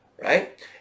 right